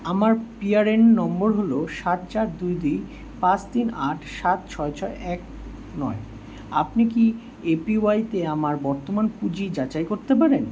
আমার পিআরএএন নম্বর হলো সাত চার দুই দুই পাঁচ তিন আট সাত ছয় ছয় এক নয় আপনি কি এপিওয়াই তে আমার বর্তমান পুঁজি যাচাই করতে পারেন